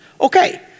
Okay